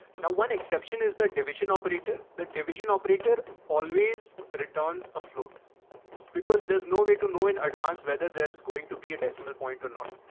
now one exception is the division operator. the division operator always returns a float because there's no way to know in advance, whether there is going to be a decimal point or not.